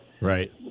Right